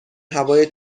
هوای